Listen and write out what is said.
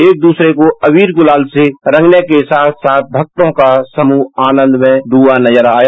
एक दूसरे को अबीर गुलाल से रंगने के साथ साथ भक्तों का समूह आनंद में डूबा नजर आया